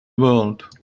world